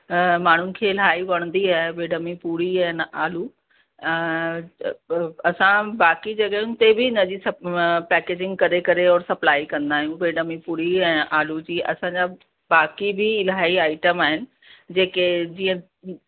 माण्हुनि खे इलाही वणंदी आहे बेडमी पूरी आहिनि आलू असां बाक़ी जॻहयुनि ते बि हिनजी सप पैकेजिंग करे करे और सप्लाई कंदा आहियूं बेडमी पूरी ऐं आलू जी असांजा बाक़ी बि इलाही आईटम आहिनि जेके जीअं